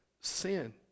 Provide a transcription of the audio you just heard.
sin